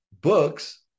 books